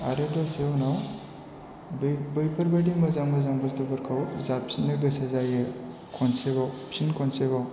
आरो दसे उनाव बैफोरबादि मोजां मोजां बुस्थुफोरखौ जाफिननो गोसो जायो खनसेबाव फिन खनसेबाव